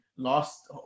Lost